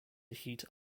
heat